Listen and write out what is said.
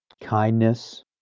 Kindness